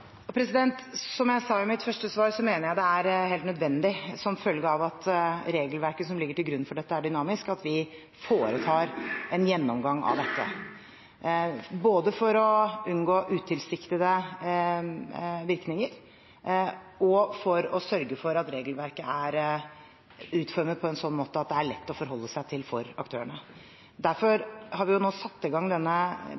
Som jeg sa i mitt første svar, mener jeg det er helt nødvendig, som følge av at regelverket som ligger til grunn for dette, er dynamisk, at vi foretar en gjennomgang av dette – både for å unngå utilsiktede virkninger og for å sørge for at regelverket er utformet på en sånn måte at det er lett å forholde seg til for aktørene. Derfor